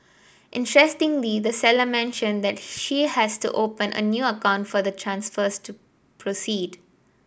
interestingly the seller mentioned that she has to open a new account for the transfers to proceed